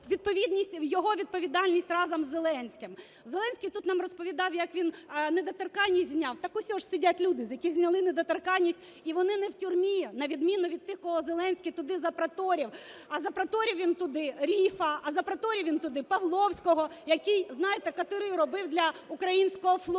його відповідальність разом з Зеленським. Зеленський тут нам розповідав, як він недоторканність зняв. Так ось же сидять люди, з яких зняли недоторканність, і вони не в тюрмі, на відміну від тих, кого Зеленський туди запроторив. А запроторив він туди Ріфа, а запроторив він туди Павловського, який, знаєте, катери робив для українського флоту.